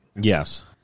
Yes